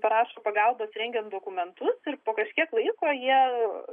prašo pagalbos rengiant dokumentus ir po kažkiek laiko jie